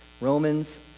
Romans